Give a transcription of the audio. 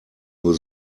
nur